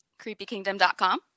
creepykingdom.com